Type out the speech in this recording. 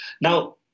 Now